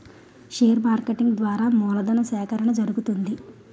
share marketing ద్వారా మూలధను సేకరణ జరుగుతుంది